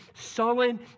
sullen